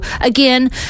again